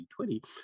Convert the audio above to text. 2020